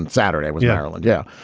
and saturday. but yeah ireland. yeah.